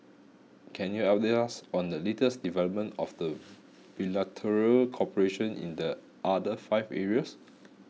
can you update us on the latest development of the bilateral cooperation in the other five areas